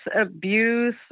abuse